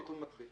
רוב נגד,